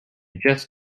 just